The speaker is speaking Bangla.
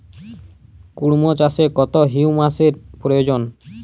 কুড়মো চাষে কত হিউমাসের প্রয়োজন?